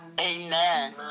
Amen